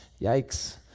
Yikes